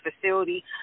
facility